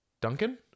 Duncan